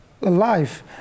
life